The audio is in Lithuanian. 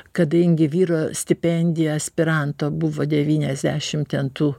kadangi vyro stipendija aspiranto buvo devyniasdešim ten tų